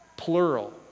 Plural